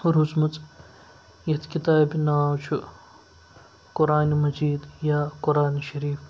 روٗزمٕژ یَتھ کِتابہِ ناو چھُ قرآنِ مجیٖد یا قرآن شریٖف